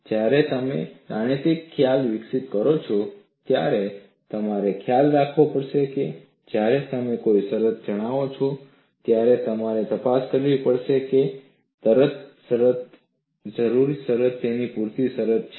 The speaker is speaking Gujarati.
જ્યારે પણ તમે ગાણિતિક ખ્યાલ વિકસિત કરો છો ત્યારે તમારે ખ્યાલ રાખવો પડે છે જ્યારે તમે કોઈ શરત જણાવો છો ત્યારે તમારે તપાસ કરવી પડશે કે શરત જરૂરી શરત તેમજ પૂરતી શરત છે